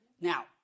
Now